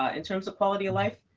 ah in terms of quality of life,